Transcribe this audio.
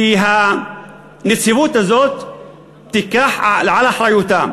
אם הנציבות הזאת תיקח על אחריותה,